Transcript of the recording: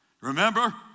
Remember